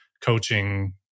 coaching